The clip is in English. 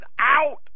out